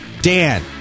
Dan